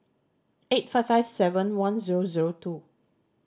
eight five five seven one zero zero two